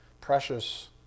precious